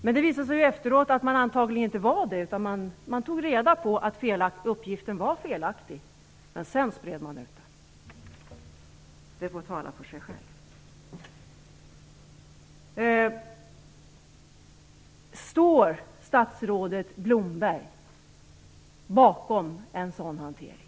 Men det visade sig efteråt att man antagligen inte hade varit det, utan man hade tagit reda på att uppgiften var felaktig. Men sedan spred man ut den. Det får tala för sig självt. Står statsrådet Blomberg bakom en sådan hantering?